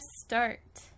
start